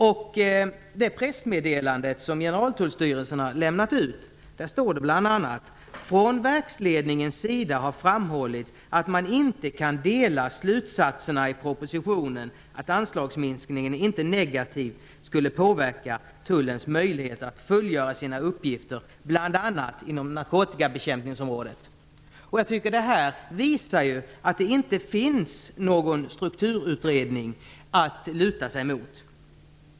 I det pressmeddelande som Generaltullstyrelsen har lämnat ut står det bl.a.: "Från verksledningens sida har framhållits att man inte kan dela slutsatserna i propositionen att anslagsminskningen inte negativt skulle påverka tullens möjligheter att fullgöra sina uppgifter, bland annat inom narkotikabekämpningsområdet." Det här visar att det inte finns någon strukturutredning att luta sig mot.